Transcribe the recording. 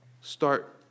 start